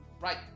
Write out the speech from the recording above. right